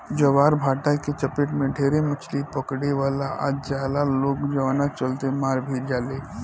ज्वारभाटा के चपेट में ढेरे मछली पकड़े वाला आ जाला लोग जवना चलते मार भी जाले